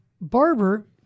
Barber